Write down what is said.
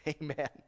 Amen